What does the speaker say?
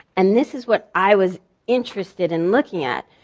and this is what i was interested in looking at.